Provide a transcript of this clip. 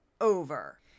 over